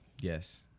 Yes